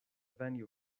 venue